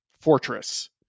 fortress